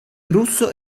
russo